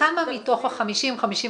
--- כמה מתוך ה-50, 55,